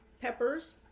Peppers